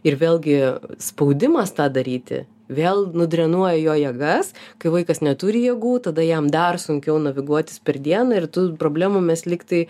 ir vėlgi spaudimas tą daryti vėl nudrenuoja jo jėgas kai vaikas neturi jėgų tada jam dar sunkiau naviguotis per dieną ir tų problemų mes lyg tai